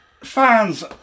fans